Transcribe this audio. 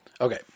Okay